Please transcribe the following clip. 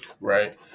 right